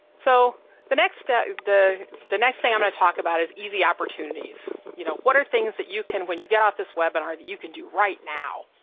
so the next step, the the next thing i'm gonna talk about is easy opportunities, you know, what are things that you can, when you get off this webinar, you can do right now,